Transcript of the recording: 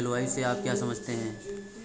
जलवायु से आप क्या समझते हैं?